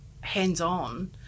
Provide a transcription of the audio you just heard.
hands-on